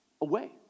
away